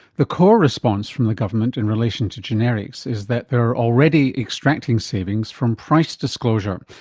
the core response from the government in relation to generics is that they're already extracting savings from price disclosure,